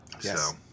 Yes